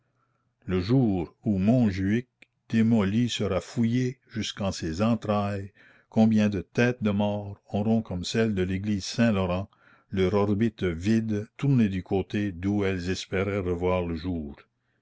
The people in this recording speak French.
le jour où montjuich démoli sera fouillé jusqu'en ses entrailles combien de têtes de morts auront comme celles de l'église saint-laurent leurs orbites vides tournées du côté d'où elles espéraient revoir le jour